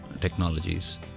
technologies